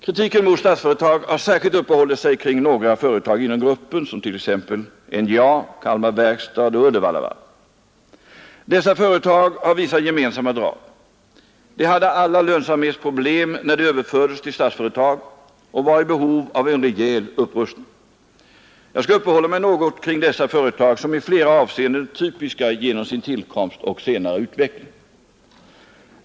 Kritiken mot Statsföretag har särskilt uppehållit sig kring några företag inom gruppen, t.ex. NJA, Kalmar verkstad och Uddevallavarvet. Dessa företag har vissa gemensamma drag. De hade alla lönsamhetsproblem när de överfördes till Statsföretag och var i behov av en rejäl upprustning. Jag skall uppehålla mig något kring dessa företag, som i flera avseenden är typiska genom sin tillkomst och senare utveckling.